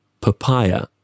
papaya